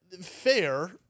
Fair